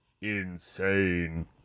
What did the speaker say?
insane